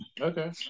Okay